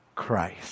Christ